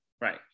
right